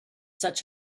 such